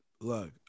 look